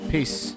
Peace